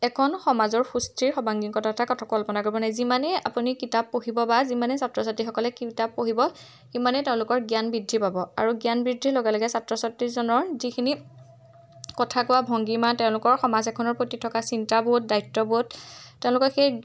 এখন সমাজৰ সুস্থিৰ সৰ্বাংগীণ এটা কথা কল্পনা কৰিব নাই যিমানেই আপুনি কিতাপ পঢ়িব বা যিমানে ছাত্ৰ ছাত্ৰীসকলে কিতাপ পঢ়িব সিমানেই তেওঁলোকৰ জ্ঞান বৃদ্ধি পাব আৰু জ্ঞান বৃদ্ধিৰ লগে লগে ছাত্ৰ ছাত্ৰীজনৰ যিখিনি কথা কোৱা ভংগীমা তেওঁলোকৰ সমাজ এখনৰ প্ৰতি থকা চিন্তাবোধ দায়িত্ববোধ তেওঁলোকৰ সেই